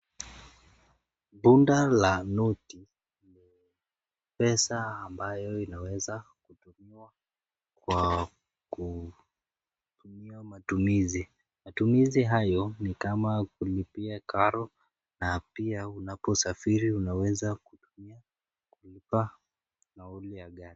Bunda la noti pesa ambayo inaweza kutumiwa kwa kufanyia matumizi. Matumizi hayo ni kama kulipia karo na pia unaposafiri unaweza kutumia kulipa nauli ya gari.